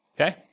okay